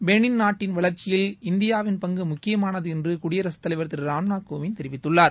பெளின் நாட்டின் வளர்ச்சியில் இந்தியாவின் பங்கு முக்கியமானது என்று குடியரசுத்தலைவர் திரு ராம்நாத் கோவிந்த் தெரிவித்துள்ளார்